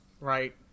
Right